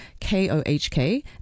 kohk